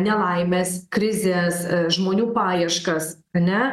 nelaimes krizes žmonių paieškas ane